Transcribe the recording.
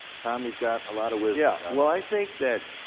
tom, you've got a lot of wisdom yeah, well i think that,